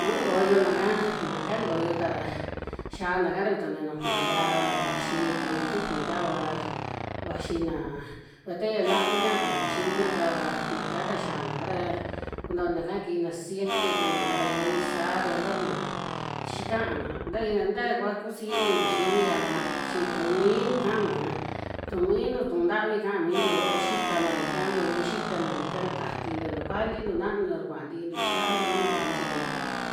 Nu tukoyona'ka naka tukuyo tara xiana'ka ra, vituu ni nujuna yiaa ra vaxi kimi tufi kaa, vaxina batella laavi katana xii mian kaava, naka ta xiana'ka ra kuntoni'ka kiina siete kiina'ka ra iin saa ra ntonina, chix kaana ntayia ntaaya kua kusiji inintu xii mi yiaa'ka chi tu'u miintu ka'ana'ka, tu'u miintu tu'u ntavi ka'a mintu yoo xitana ra ika ntuvi xitana ra ika katintu na kulintu, nanuntu ra kuaa tiintu chixiantu mi nuju cancha'ka,